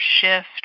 shift